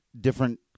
different